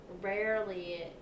rarely